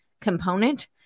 component